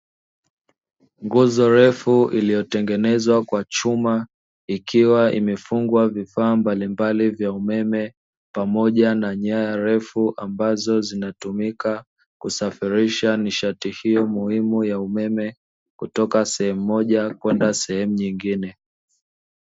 Nguzo ndefu iliyotengenezwa kwa chuma, ikiwa imefungwa vifaa mbalimbali vya umeme, pamoja na nyaya ndefu ambazo zinatumika kusafirisha nishati hiyo muhimu ya umeme kutoka sehemu moja kwenda sehemu nyingine.